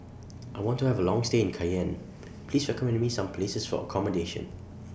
I want to Have A Long stay in Cayenne Please recommend Me Some Places For accommodation